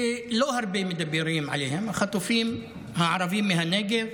שלא הרבה מדברים עליהם, החטופים הערבים מהנגב.